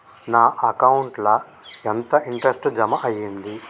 నా అకౌంట్ ల ఎంత ఇంట్రెస్ట్ జమ అయ్యింది?